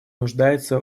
нуждается